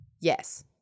Yes